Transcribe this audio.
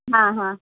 ಹಾಂ ಹಾಂ